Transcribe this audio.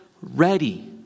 ready